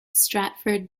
stratford